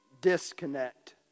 disconnect